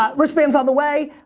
ah wristbands on the way.